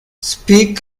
speak